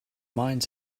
mines